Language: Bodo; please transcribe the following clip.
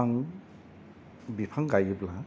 आं बिफां गायोब्ला